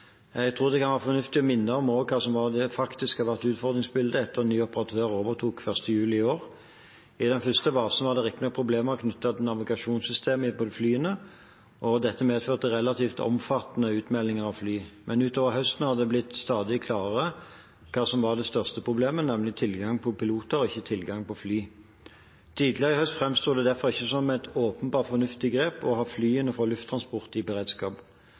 Jeg tror det kan være fornuftig også å minne om hva som faktisk har vært utfordringsbildet etter at ny operatør overtok 1. juli i år. I den første fasen var det riktignok problemer knyttet til navigasjonssystemet på flyene, og dette medførte relativt omfattende utmeldinger av fly, men utover høsten har det blitt stadig klarere hva som var det største problemet, nemlig tilgang på piloter og ikke tilgang på fly. Tidligere i høst framsto det derfor ikke som et åpenbart fornuftig grep å ha flyene fra Lufttransport i beredskap,